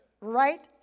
right